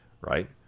right